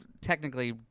technically